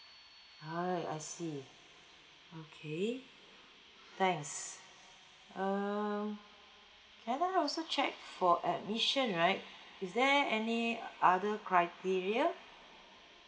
ah I see okay thanks um can I now also check for admission right is there any other criteria